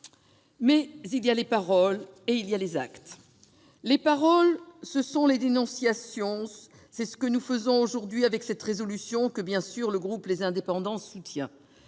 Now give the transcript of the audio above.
Mais il y a les paroles, et les actes. Les paroles, ce sont les dénonciations, c'est ce que nous faisons aujourd'hui avec cette résolution, que le groupe Les Indépendants soutient,